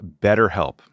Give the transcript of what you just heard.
BetterHelp